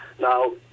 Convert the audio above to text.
Now